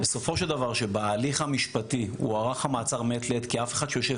בסופו של דבר בהליך המשפטי הוארך המעצר מעת לעת כי אף אחד שיושב